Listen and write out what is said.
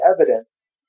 evidence